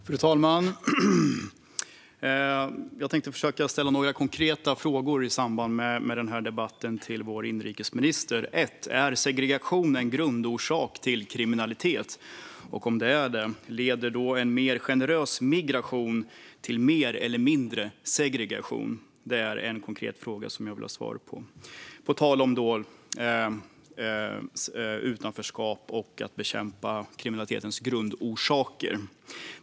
Fru talman! Jag tänkte ställa några konkreta frågor till vår inrikesminister. För det första: Är segregation en grundorsak till kriminalitet? Om så, leder en mer generös migration till mer eller mindre segregation - apropå utanförskap och att bekämpa kriminalitetens grundorsaker?